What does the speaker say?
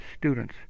students